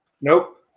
Nope